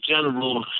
General